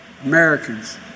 Americans